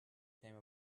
came